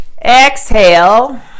exhale